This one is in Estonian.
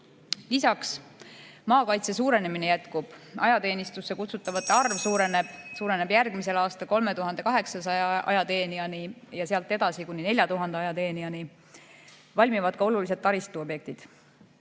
Lisaks, maakaitse suurenemine jätkub. Ajateenistusse kutsutavate arv suureneb järgmisel aastal 3800 ajateenijani ja sealt edasi kuni 4000 ajateenijani. Valmivad ka olulised taristuobjektid.